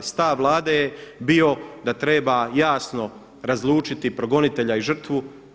Stav Vlade je bio da treba jasno razlučiti progonitelja i žrtvu.